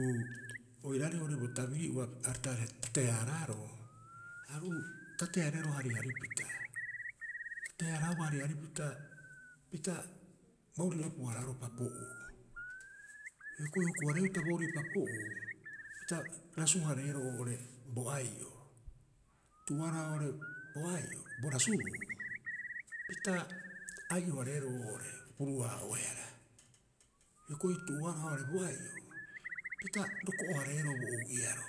Uu oiraarei oo'ore bo tabiri'ua aareei ta tate- haaraaroo, aru tate- hareeroo hariharipita. Tate- haaraauba hariharipita pita boorire opu- haaraaroo papo'uu. Hioko huku- hareeuta boorire papo'uu pita rasu- hareeroo oo'ore bo ai'oo. Tu'uoaroha oo'ore bo ai'o bo rasubuu, pita ai'o- hareeroo oo'ore opuruu- haa'oehara. Hioko'i tu'uoaroha oo'ore bo ai'o, pita roko'o- hareeroo bo ou'iaro